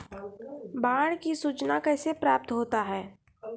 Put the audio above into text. बाढ की सुचना कैसे प्राप्त होता हैं?